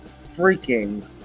freaking